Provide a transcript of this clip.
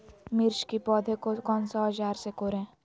मिर्च की पौधे को कौन सा औजार से कोरे?